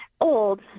old